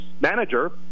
manager